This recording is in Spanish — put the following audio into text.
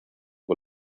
con